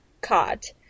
caught